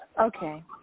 Okay